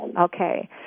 okay